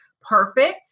perfect